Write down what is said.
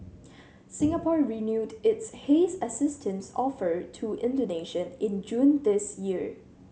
Singapore renewed its haze assistance offer to Indonesia in June this year